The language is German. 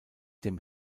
dem